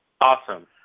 Awesome